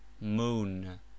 moon